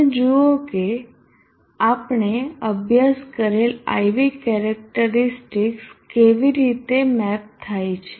અને જુઓ કે આપણે અભ્યાસ કરેલ I V કેરેક્ટરીસ્ટિકસ કેવી રીતે મેપ થાય છે